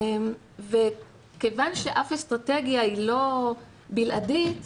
כיוון שאף אסטרטגיה היא לא בלעדית,